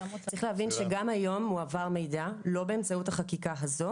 צריך להבין שגם היום מועבר מידע לא באמצעות החקיקה הזו